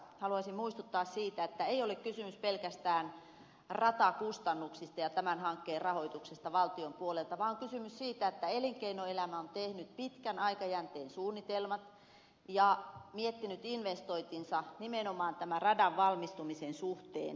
haluaisin muistuttaa siitä että ei ole kysymys pelkästään ratakustannuksista ja tämän hankkeen rahoituksesta valtion puolelta vaan kysymys siitä että elinkeinoelämä on tehnyt pitkän aikajänteen suunnitelmat ja miettinyt investointinsa nimenomaan tämän radan valmistumisen suhteen